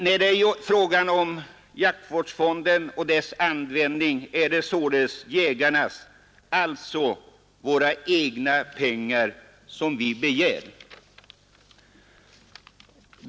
När det är fråga om jaktvårdsfonden och dess användning är det jägarnas, alltså våra egna pengar som vi begär.